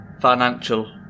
financial